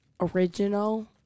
original